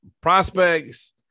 prospects